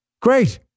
Great